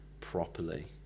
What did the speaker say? properly